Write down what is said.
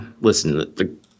listen